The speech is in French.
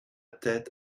tête